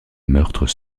meurtres